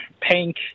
pink